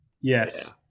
Yes